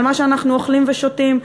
על מה שאנחנו אוכלים ושותים.